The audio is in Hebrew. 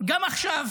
גם עכשיו